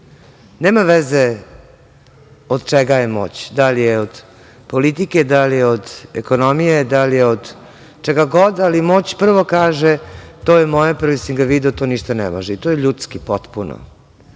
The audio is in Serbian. Nema veze od čega je moć, da li od politike, da li od ekonomije, da li od čega god, ali moć prvo kaže – to je moje, prvi sam ga video, to ništa ne važi i to je ljudski potpuno. Naša